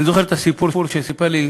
אני זוכר את הסיפור שסיפר לי